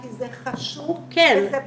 כי זה חשוב וזה בנפשנו.